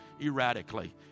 erratically